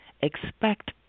Expect